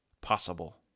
possible